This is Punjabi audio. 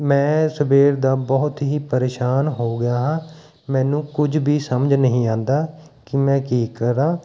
ਮੈਂ ਸਵੇਰ ਦਾ ਬਹੁਤ ਹੀ ਪ੍ਰੇਸ਼ਾਨ ਹੋ ਗਿਆ ਹਾਂ ਮੈਨੂੰ ਕੁੱਝ ਵੀ ਸਮਝ ਨਹੀਂ ਆਉਂਦਾ ਕਿ ਮੈਂ ਕੀ ਕਰਾਂ